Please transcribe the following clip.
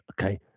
okay